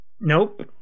Nope